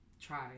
try